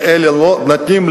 לאלה נותנים,